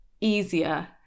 easier